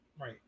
Right